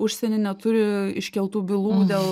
užsieny neturi iškeltų bylų dėl